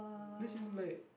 this is like